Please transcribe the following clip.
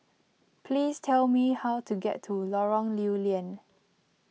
please tell me how to get to Lorong Lew Lian